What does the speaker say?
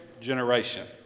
generation